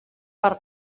per